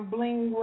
Bling